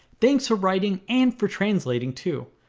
thanks for writing and for translating too,